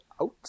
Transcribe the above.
out